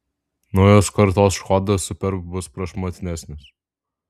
naujos kartos škoda superb bus prašmatnesnis